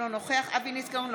אינו נוכח אבי ניסנקורן,